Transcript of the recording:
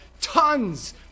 tons